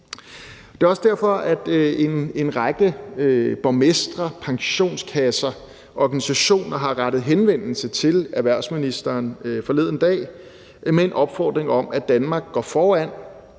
Det er også derfor, at en række borgmestre, pensionskasser og organisationer har rettet henvendelse til erhvervsministeren forleden dag med en opfordring om, at Danmark går foran